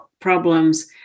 problems